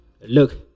Look